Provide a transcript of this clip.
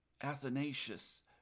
Athanasius